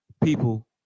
People